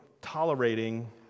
tolerating